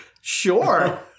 Sure